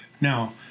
Now